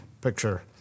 picture